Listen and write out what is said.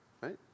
right